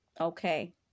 Okay